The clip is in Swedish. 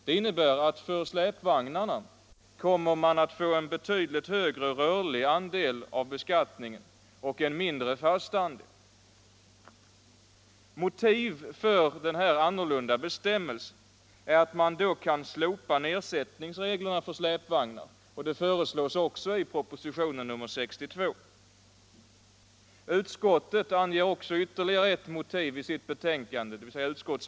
Det innebär att man för släpvagnarna kommer att få en betydligt högre rörlig andel av beskattningen och en mindre fast andel. Motivet för denna annorlunda bestämmelse är att man då kan slopa nedsättningsreglerna för släpvagnar. Detta föreslås också i propositionen 62. Utskottsmajoriteten anger ytterligare ett motiv i betänkandet.